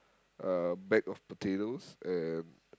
uh bag of potatoes and